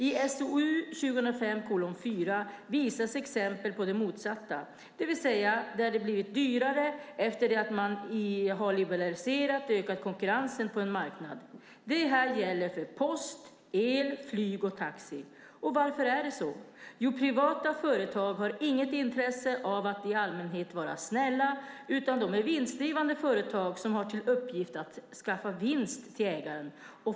I SOU 2005:4 visas exempel på det motsatta, det vill säga där det har blivit dyrare efter att man liberaliserat och ökat konkurrensen på en marknad. Det här gäller för post, el, flyg och taxi. Varför är det så? Jo, privata företag har inget intresse av att i allmänhet vara snälla, utan de är vinstdrivande företag som har till uppgift att skaffa vinst till ägaren.